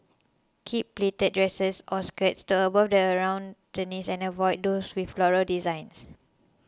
keep pleated dresses or skirts to above the around your knees and avoid those with floral designs